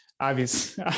obvious